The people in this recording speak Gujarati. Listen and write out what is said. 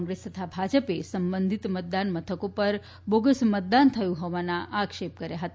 કોંગ્રેસ તથા ભાજપે સંબંધિત મતદાન મથકો પર બોગસ મતદાન થયું હોવાના આક્ષેપો કર્યા હતા